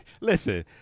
listen